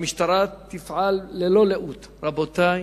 והמשטרה תפעל ללא לאות, רבותי,